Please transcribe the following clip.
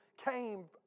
came